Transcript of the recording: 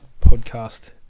podcast